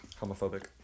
homophobic